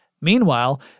Meanwhile